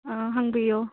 ꯑꯥ ꯍꯪꯕꯤꯎ